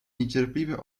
niecierpliwie